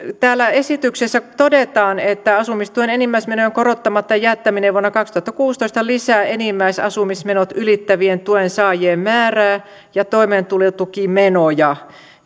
täällä esityksessä todetaan että asumistuen enimmäismenojen korottamatta jättäminen vuonna kaksituhattakuusitoista lisää enimmäisasumismenot ylittävien tuensaajien määrää ja toimeentulotukimenoja